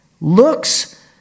Looks